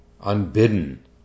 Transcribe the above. unbidden